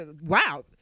wow